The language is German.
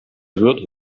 wird